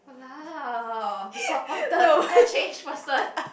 walao disappointed I change person